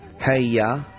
hey-ya